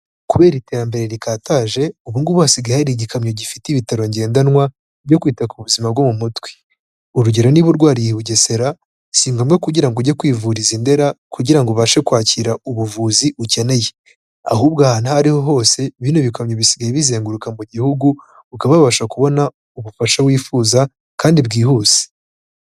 Kubera iterambere rikataje, ubu ngubu hasigaye hari igikamyo gifite ibitaro ngendanwa byo kwita ku buzima bwo mu mutwe. urugero niba urwariye i Bugesera si ngombwa kugira ngo ujye kwivuriza Ndera kugira ngo ubashe kwakira ubuvuzi ukeneye. ahubwo ahantu aho ariho hose bino bikamyo bisigaye bizenguruka mu gihugu, ukaba wabasha kubona ubufasha wifuza kandi bwihuse.